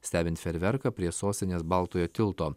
stebint fejerverką prie sostinės baltojo tilto